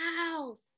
house